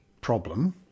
problem